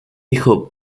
hijo